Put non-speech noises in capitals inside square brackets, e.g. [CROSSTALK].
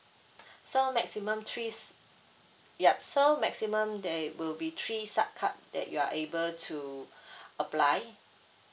[BREATH] so maximum three s~ yup so maximum there will be three sub card that you are able to [BREATH] apply